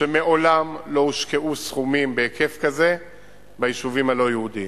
שמעולם לא הושקעו סכומים בהיקף כזה ביישובים הלא-יהודיים.